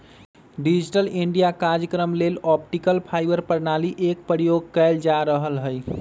digital India काजक्रम लेल optical fibre प्रणाली एक प्रयोग कएल जा रहल हइ